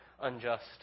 unjust